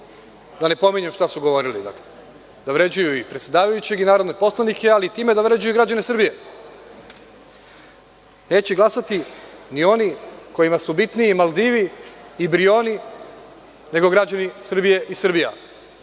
da ne pominjem šta su govorili, da vređaju i predsedavajućeg i narodne poslanike, ali time da vređaju i građane Srbije. Neće glasati ni oni kojima su bitniji Maldivi i Brioni, nego građani Srbije i Srbija.